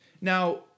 Now